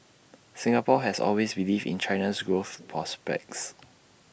Singapore has always believed in China's growth prospects